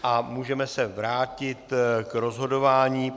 A můžeme se vrátit k rozhodování.